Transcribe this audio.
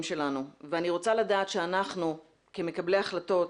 שלנו ואני רוצה דעת שאנחנו כמקבלי החלטות,